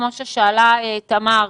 כמו ששאלה תמר,